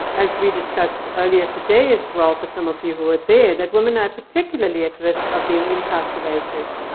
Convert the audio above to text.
as we discussed earlier today as well, for some of you who were there, that women are particularly at risk of being incarcerated.